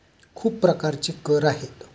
खूप प्रकारचे कर आहेत